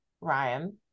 Ryan